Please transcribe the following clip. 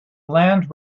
land